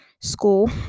school